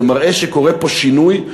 זה מראה שקורה פה שינוי,